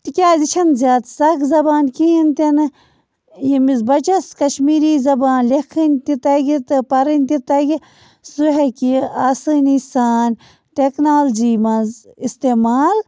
تِکیٛازِ یہِ چھَنہٕ سَکھ زبان کِہیٖنۍ تہِ نہٕ ییٚمِس بَچس کشمیٖری زبان لیکھٕنۍ تہِ تَگہِ تہٕ پَرٕنۍ تہِ تَگہِ سُہ ہٮ۪کہِ یہِ آسٲنی سان ٹٮ۪کنالجی منٛز اِستعمال